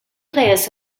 players